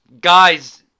Guys